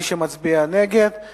מי שמצביע נגד הוא